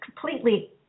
completely